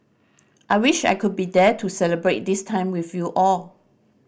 I wish I could be there to celebrate this time with you all